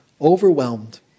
overwhelmed